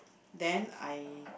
then I